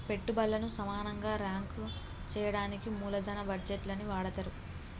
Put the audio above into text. పెట్టుబల్లను సమానంగా రాంక్ చెయ్యడానికి మూలదన బడ్జేట్లని వాడతరు